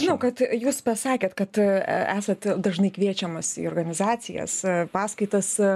žinau kad jūs pasakėt kad a a esat dažnai kviečiamas į organizacijas a paskaitas a